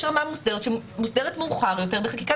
רמה שמוסדרת מאוחר יותר בחקיקת משנה,